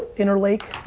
interlake.